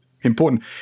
important